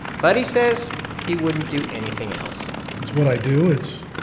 but he says he wouldn't do anything else it's what i do. it's